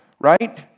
Right